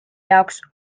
jaoks